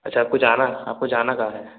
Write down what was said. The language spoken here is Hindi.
अच्छा आपको जाना आपको जाना कहाँ है